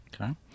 Okay